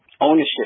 ownership